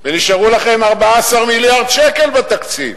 ונשארו לכם 14 מיליארד שקל בתקציב.